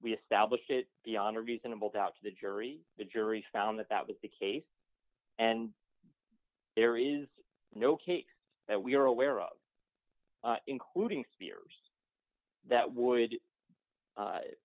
we established it beyond a reasonable doubt to the jury the jury found that that was the case and there is no case that we are aware of including spears that would